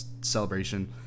celebration